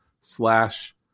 slash